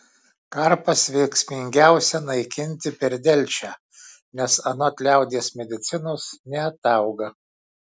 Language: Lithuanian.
karpas veiksmingiausia naikinti per delčią nes anot liaudies medicinos neatauga